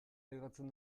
ligatzen